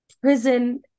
prison